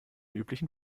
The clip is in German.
üblichen